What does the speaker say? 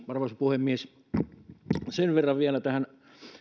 arvoisa puhemies sen verran vielä tähän